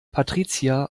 patricia